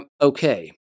Okay